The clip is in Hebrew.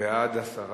נגד?